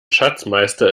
schatzmeister